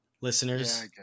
Listeners